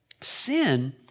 sin